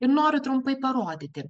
ir noriu trumpai parodyti